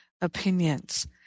opinions